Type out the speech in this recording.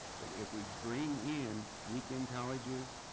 but if we bring in weekend colleges,